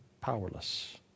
powerless